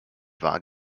vage